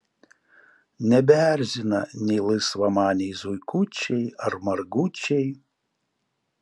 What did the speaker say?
nebeerzina nė laisvamaniai zuikučiai ar margučiai